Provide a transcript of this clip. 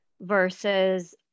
versus